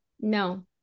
No